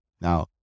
Now